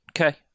Okay